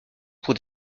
pour